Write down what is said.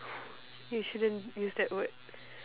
you shouldn't use that word